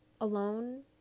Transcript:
Alone